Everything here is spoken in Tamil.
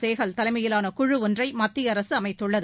செகால் தலைமையிலான குழு ஒன்றை மத்திய அரசு அமைத்துள்ளது